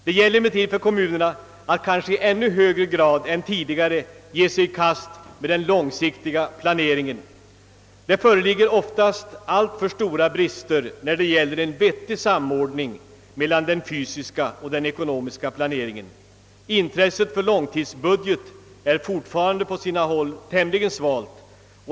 Det gäller emellertid för kommunerna att kanske i ännu högre grad än tidigare ge sig i kast med den långsiktiga planeringen. Det föreligger oftast alltför stora brister när det gäller en vettig samordning mellan den fysiska och den ekonomiska planeringen. Intresset för långtidsbudget är fortfarande på sina håll tämligen svagt.